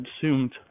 consumed